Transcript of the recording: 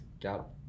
got